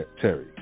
Terry